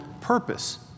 purpose